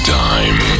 time